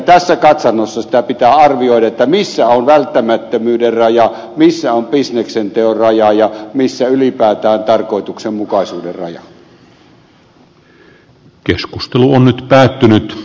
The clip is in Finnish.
tässä katsannossa sitä pitää arvioida missä on välttämättömyyden raja missä on bisneksenteon raja ja missä ylipäätään tarkoituksenmukaisuuden raja